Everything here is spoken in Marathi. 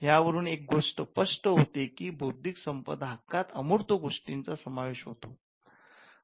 या वरून एक गोष्ट स्पष्ट होते की बौद्धिक संपदा हक्कात अर्मूत गोष्टींचा समावेश होतो